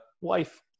wife